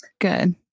Good